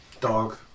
dog